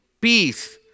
peace